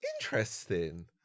Interesting